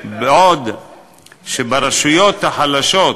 בעוד ברשויות החלשות,